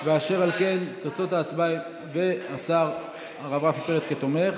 ואת השר הרב רפי פרץ כתומך.